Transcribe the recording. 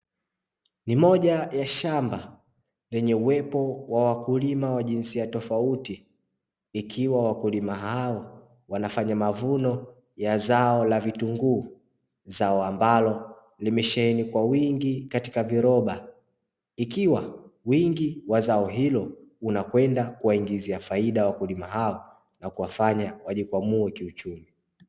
Ni moja ya shamba lenye uwepo wa wakulima wa jinsia tofauti. Ikiwa wakulima hao wanafanya mavuno ya zao la vitunguu, zao ambalo limejaa kwa wingi katika vyoroba. Ikiwa wingi wa zao hilo unakwenda kuwaingizia faida wakulima hao na kuwafanya wajikwamue kiuchumi.